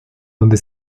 donde